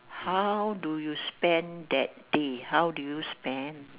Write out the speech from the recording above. how do you spend that day how do you spend